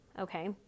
Okay